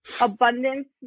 abundance